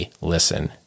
listen